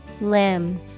Limb